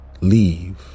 leave